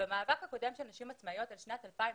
במאבק הקודם של נשים עצמאיות על שנת 2019,